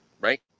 right